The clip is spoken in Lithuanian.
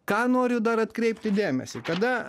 ką noriu dar atkreipti dėmesį kada